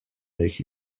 make